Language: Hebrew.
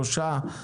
שלושה,